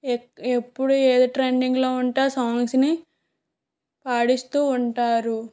ఎక్ ఎప్పుడు ఏది ట్రెండింగులో ఉంటే ఆ సాంగ్సుని పాడిస్తూ ఉంటారు